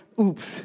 oops